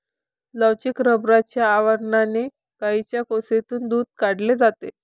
लवचिक रबराच्या आवरणाने गायींच्या कासेतून दूध काढले जाते